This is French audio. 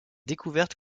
découvertes